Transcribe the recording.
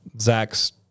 Zach's